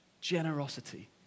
generosity